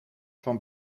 van